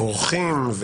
האורחים,